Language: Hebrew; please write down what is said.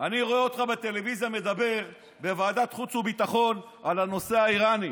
אני רואה אותך בטלוויזיה מדבר בוועדת חוץ וביטחון על הנושא האיראני,